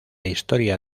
historia